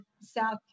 South